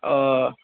ও